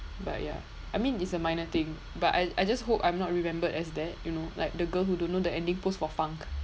but ya I mean it's a minor thing but I I just hope I'm not remembered as that you know like the girl who don't know the ending post for funk